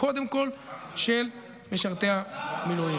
קודם כול של משרתי המילואים.